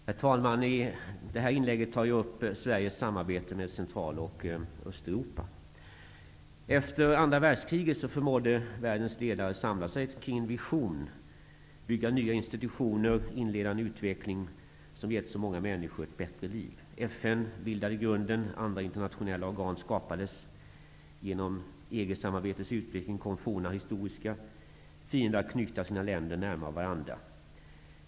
Herr talman! I detta inlägg tar jag upp Sveriges samarbete med Central och Östeuropa. Efter andra världskriget förmådde världens ledare samla sig kring en vision, bygga nya institutioner och inleda en utveckling som givit så många människor ett bättre liv. FN bildade grunden, och andra internationella organ skapades. Genom EG-samarbetets utveckling kom forna historiska fiender att knyta sina länder närmare varandra.